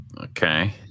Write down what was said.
Okay